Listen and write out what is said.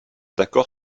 d’accord